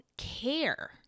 care